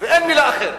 ואין מלה אחרת.